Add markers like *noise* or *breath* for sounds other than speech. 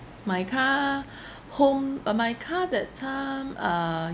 my car *breath* home uh my car that time uh